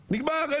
נגמר.